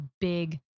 big